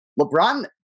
LeBron